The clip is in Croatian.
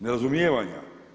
Nerazumijevanja.